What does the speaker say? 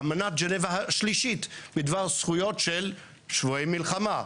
אמנת ז'נבה השלישית בדבר זכויות של שבויי מלחמה,